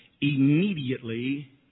immediately